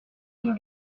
une